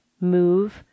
move